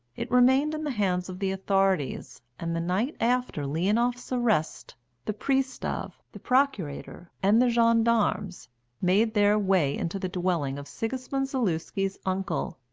it remained in the hands of the authorities, and the night after leonoff's arrest the pristav, the procurator, and the gendarmes made their way into the dwelling of sigismund zaluski's uncle,